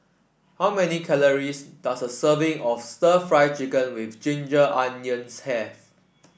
how many calories does a serving of stir Fry Chicken with Ginger Onions have